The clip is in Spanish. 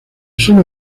suelo